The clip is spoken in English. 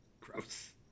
Gross